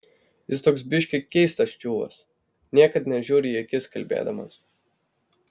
jis toks biškį keistas čiuvas niekad nežiūri į akis kalbėdamas